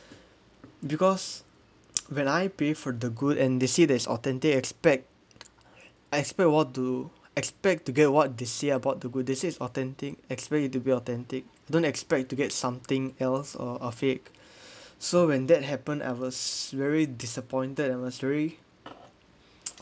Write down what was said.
because when I pay for the good and they see that is authentic expect expect what to expect to get what they say about the good they say is authentic expect to be authentic don't expect to get something else or a fake so when that happened I was very disappointed I was very